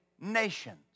nations